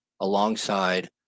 alongside